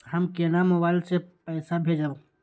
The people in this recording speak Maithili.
हम केना मोबाइल से पैसा भेजब?